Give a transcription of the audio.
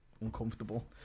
uncomfortable